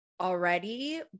already